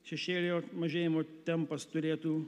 šešėlio mažėjimo tempas turėtų